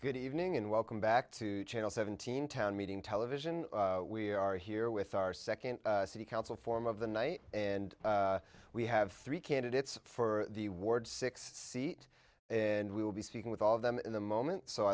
good evening and welcome back to channel seventeen town meeting television we are here with our second city council form of the night and we have three candidates for the ward six seat and we will be speaking with all of them in a moment so